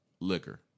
liquor